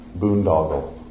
boondoggle